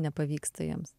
nepavyksta jiems